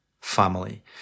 family